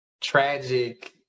tragic